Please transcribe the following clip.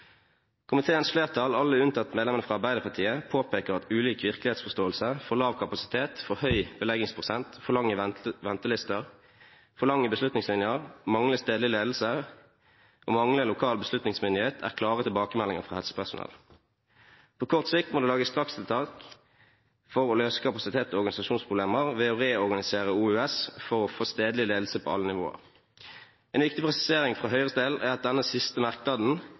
Komiteens flertall, alle unntatt medlemmene fra Arbeiderpartiet, påpeker at ulik virkelighetsforståelse, for lav kapasitet/for høy beleggsprosent/for lange ventelister, for lange beslutningslinjer, manglende stedlig ledelse og manglende lokal beslutningsmyndighet er klare tilbakemeldinger fra helsepersonell. På kort sikt må det lages strakstiltak for å løse kapasitets- og organisasjonsproblemer ved å reorganisere OUS for å få stedlig ledelse på alle nivåer.» En viktig presisering for Høyres del er at denne siste merknaden